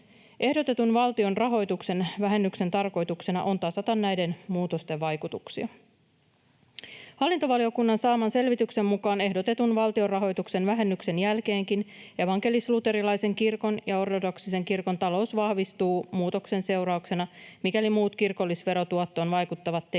Ehdotetun valtionrahoituksen vähennyksen tarkoituksena on tasata näiden muutosten vaikutuksia. Hallintovaliokunnan saaman selvityksen mukaan ehdotetun valtionrahoituksen vähennyksen jälkeenkin evankelis-luterilaisen kirkon ja ortodoksisen kirkon talous vahvistuu muutoksen seurauksena, mikäli muut kirkollisverotuottoon vaikuttavat tekijät